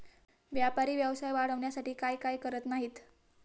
व्यापारी व्यवसाय वाढवण्यासाठी काय काय करत नाहीत